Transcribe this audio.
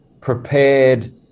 prepared